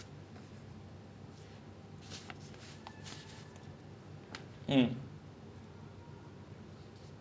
ah because I feel that like ivy league lah ரொம்ப நல்ல:romba nalla school தா:thaa but if you think about singapore right nineteen sixty five we got our independence right